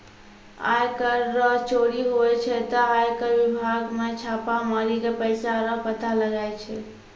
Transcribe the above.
आय कर रो चोरी हुवै छै ते आय कर बिभाग मे छापा मारी के पैसा रो पता लगाय छै